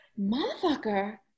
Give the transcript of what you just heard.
motherfucker